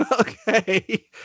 okay